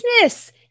Business